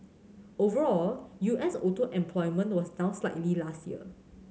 overall U S auto employment was down slightly last year